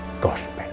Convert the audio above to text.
gospel